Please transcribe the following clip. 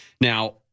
now